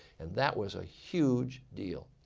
and that was a huge deal.